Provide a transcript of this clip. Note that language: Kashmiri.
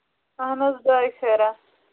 اَہَن حظ دۄیہِ خٲرا